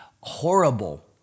horrible